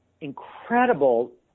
incredible